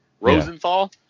Rosenthal